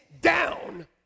down